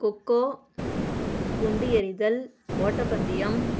கொக்கோ குண்டு எறிதல் ஓட்டப்பந்தயம்